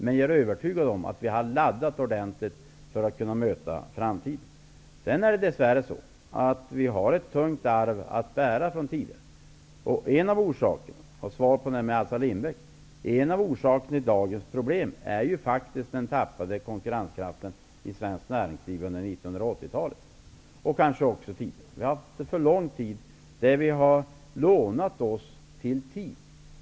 Men jag är övertygad om att vi har laddat ordentligt för att kunna möta framtiden. Dess värre har vi ett tungt arv att bära från tidigare. En av orsaken -- som svar på Allan Larssons fråga om Assar Lindbeck -- till dagens problem är ju faktiskt den tappade konkurrenskraften i svenskt näringsliv under 1980-talet och kanske också tidigare. Vi har alltför länge lånat oss tid.